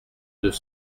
deux